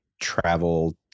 travel